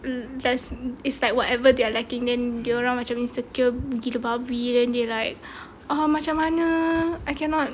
um does it's like whatever they are lacking then dorang macam insecure gila babi then they like ah macam mana I cannot